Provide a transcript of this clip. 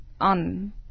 on